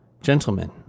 gentlemen